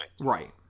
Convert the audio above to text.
Right